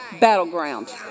battleground